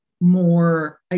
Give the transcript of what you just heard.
more